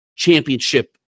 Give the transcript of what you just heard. championship